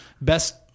best